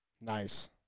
Nice